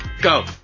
Go